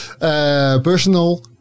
personal